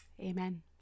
Amen